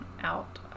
out